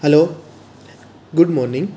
hello good morning